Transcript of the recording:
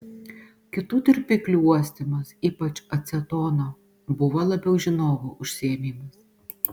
kitų tirpiklių uostymas ypač acetono buvo labiau žinovų užsiėmimas